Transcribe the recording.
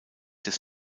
des